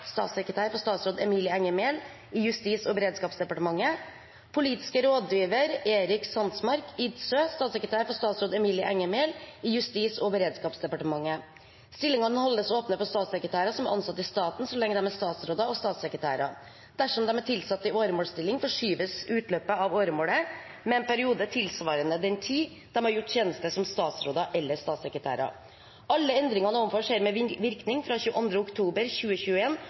statssekretær for statsråd Emilie Enger Mehl i Justis- og beredskapsdepartementet. Politisk rådgiver Erik Sandsmark ldsøe, statssekretær for statsråd Emilie Enger Mehl i Justis- og beredskapsdepartementet. Stillingene holdes åpne for statssekretærer som er ansatt i staten så lenge de er statsråder og statssekretærer. Dersom de er tilsatt i åremålsstilling, forskyves utløpet av åremålet med en periode tilsvarende den tid de har gjort tjeneste som statsråder eller statssekretærer. Alle endringene ovenfor skjer med virkning fra 22. oktober